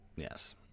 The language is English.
Yes